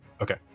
Okay